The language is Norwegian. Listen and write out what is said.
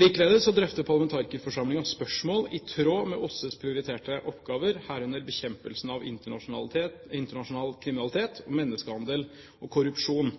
Likeledes drøfter parlamentarikerforsamlingen spørsmål i tråd med OSSEs prioriterte oppgaver, herunder bekjempelsen av internasjonal kriminalitet, menneskehandel og korrupsjon.